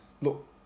look